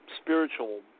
spiritual